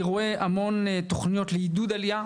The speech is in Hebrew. אני רואה המון תוכניות לעידוד עלייה,